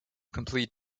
complete